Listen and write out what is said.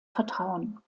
vertrauen